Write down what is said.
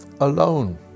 alone